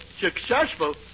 Successful